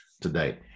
today